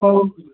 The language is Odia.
ହଉ